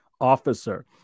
officer